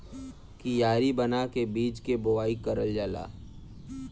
कियारी बना के बीज के बोवाई करल जाला